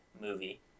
movie